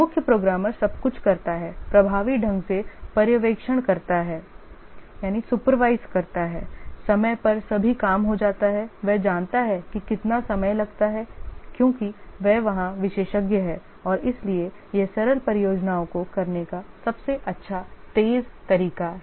मुख्य प्रोग्रामर सब कुछ करता है प्रभावी ढंग से पर्यवेक्षण करता है समय पर सभी काम हो जाता है वह जानता है कि कितना समय लगता है क्योंकि वह वहां विशेषज्ञ है और इसलिए यह सरल परियोजनाओं को करने का सबसे तेज़ तरीका है